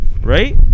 Right